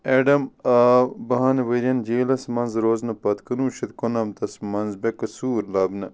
Adam آو باہن ؤرۍ ین جیلَس منٛز روزنہٕ پتہٕ کُنوُہ شٮ۪تھ کُننَمتھس منٛز بےٚ قصوٗر لبنہٕ